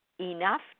Enough